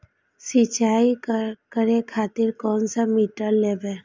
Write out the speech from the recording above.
सीचाई करें खातिर कोन सा मोटर लेबे?